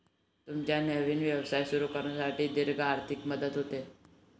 तुमचा नवीन व्यवसाय सुरू करण्यासाठी दीर्घ आर्थिक मदत होते